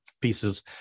pieces